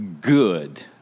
good